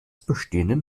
bestehenden